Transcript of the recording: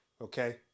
Okay